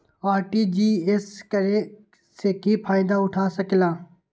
RTGS करे से की फायदा उठा सकीला?